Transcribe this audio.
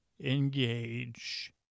Engage